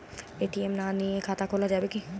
ATM না নিয়ে খাতা খোলা যাবে?